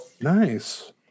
nice